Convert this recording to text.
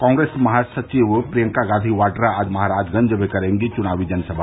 कॉग्रेस महासचिव प्रियंका गांधी वाड्रा आज महराजगंज में करेगी एक चुनावी जनसभा